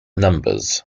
numbers